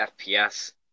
FPS